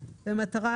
נוסע ברכב"